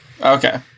okay